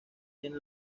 tiene